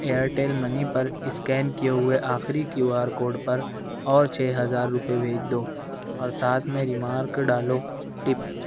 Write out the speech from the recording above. Airtel money پر scan کیے ہوئے آخری کیو آر کوڈ پر اور چھ ہزار روپئے بھیج دو اور ساتھ میں ریمارک ڈالو ٹپ